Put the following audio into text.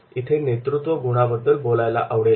इथे मला नेतृत्वगुणाबद्दल बोलायला आवडेल